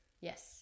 yes